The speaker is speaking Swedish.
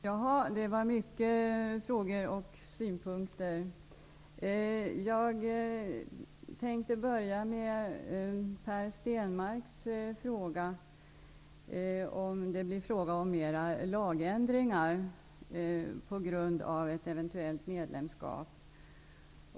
Herr talman! Det var många frågor och synpunkter. Jag tänker börja med att bemöta Per Stenmarck som undrar om det blir fler lagändringar på grund av ett eventuellt medlemskap.